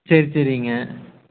சரி சரிங்க